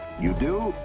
you do?